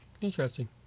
Interesting